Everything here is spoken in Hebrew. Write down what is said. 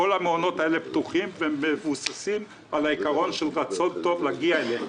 כל המעונות האלה מבוססים על העיקרון של רצון טוב להגיע אליהם,